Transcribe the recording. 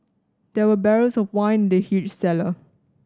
there were barrels of wine in the huge cellar